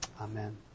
amen